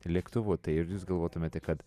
lėktuvu tai ar jūs galvotumėte kad